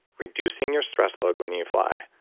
reducing your stress load when you fly.